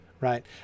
right